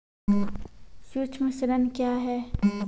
सुक्ष्म ऋण क्या हैं?